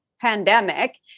pandemic